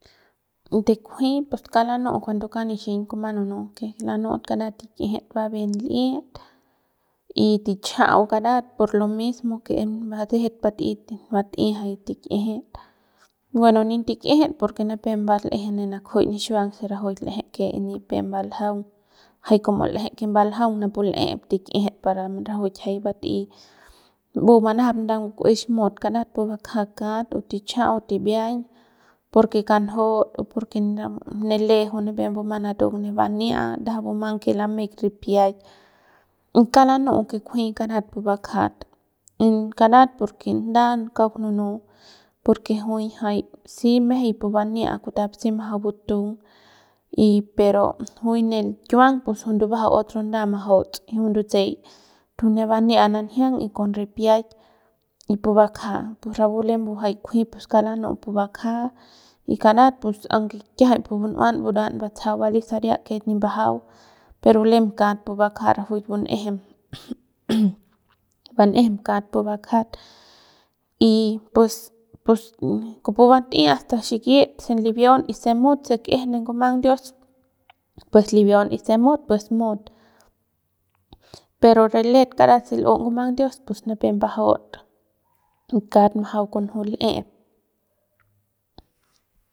De kjuin pus kauk lanu'u cuando kauk nixiñ kuma nunu lanu'ut que karat tik'ijit lanu'u va bien l'ik y tichajau karat por lo mismo que em batsejet bat'ey bat'ey jay tik'ijit bueno nin tikjit niepep mbaleje ne nakjuy nixiuang se rajuik l'eje que nipep mbaljaung jay como l'eje que baljaung napu l'ep tik'ijit para que rajuik jay mbat'ey mbu manajap nda ngukuex mut karat pu bukjat kat o tichajau tibiañ porque kanjaut o porque ne le juy nipep mbumang natung ne bania ndajap bumang que lameik ripiak y kauk lanu'u que kunji jkarat pu bukjat karat porque nda kauk nunu porque juy jay si mejey pu bani'a kutap si majau butung y pero juy ne kiuang juy ndubajau otro nda majauts y jui ndutsey y to ne bania nanjiang con ripiaik y pu bakja y pu rapu lembu jay kunji kauk lanu'u pu bukja y karat aunque kiajay pu bun'uan buruan batsajau bali saria que nip mbajau per lem kat pu bukja rajuik bun'ejem ban'ejem kat pu bakja y pues pues kupu bat'ey asta xikit se libiaun y se mut y se k'eje ne nguman dios pus libiaun y se mut pues mut pero re let karat se l'u ngumang dios pus nipep mbajaut y kat majau con rajuik l'ep.